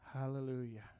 Hallelujah